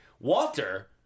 Walter